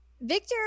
Victor